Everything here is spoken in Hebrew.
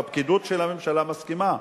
הפקידות של הממשלה מסכימה,